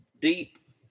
deep